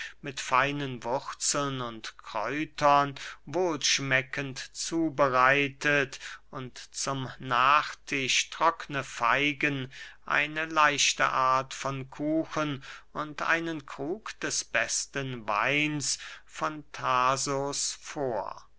mit feinen wurzeln und kräutern wohlschmeckend zubereitet und zum nachtisch trockne feigen eine leichte art von kuchen und einen krug des besten weins von thasos vor